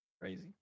Crazy